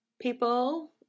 people